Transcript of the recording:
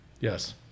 Yes